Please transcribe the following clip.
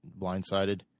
blindsided